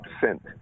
percent